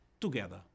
together